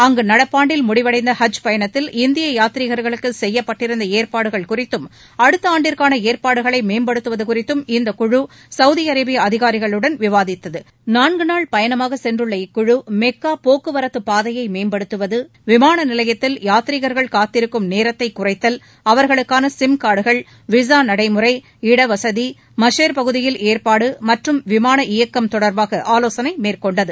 அங்கு நடப்பாண்டில் முடிவடைந்த ஹஜ் பயணத்தில் இந்திய யாத்ரிகர்களுக்காக செய்யப்பட்டிருந்த ஏற்பாடுகள் குறித்தும் அடுத்த ஆண்டிற்கான ஏற்பாடுகளை மேம்படுத்துவது குறித்தும் இக்குழு கவூதி அரேபிய அதிகாரிகளுடன் விவாதித்தது நான்கு நாள் பயணமாக சென்றுள்ள இக்குழு மெக்கா போக்குவரத்து பாதையை மேம்படுத்துவது விமான நிலையத்தில் யாத்திரிகர்கள் காத்திருக்கும் நேரத்தை குறைத்தல் அவர்களுக்கான சிம்கார்டுகள் விசா நடைமுறை இடவசதி மஷார் பகுதியில் ஏற்பாடு மற்றும் விமான இயக்கம் தொடர்பாக ஆலோசனை மேற்கொண்டது